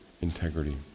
integrity